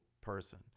person